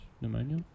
pneumonia